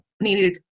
needed